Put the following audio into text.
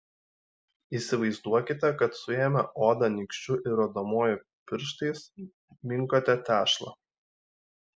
įsivaizduokite kad suėmę odą nykščiu ir rodomuoju pirštais minkote tešlą